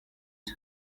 cye